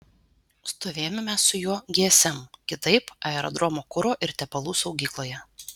stovėjome mes su juo gsm kitaip aerodromo kuro ir tepalų saugykloje